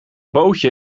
bootje